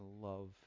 love